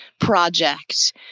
project